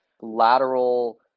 lateral